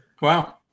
wow